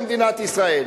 במדינת ישראל.